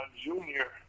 junior